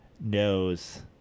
knows